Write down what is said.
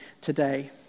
today